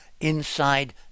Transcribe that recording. inside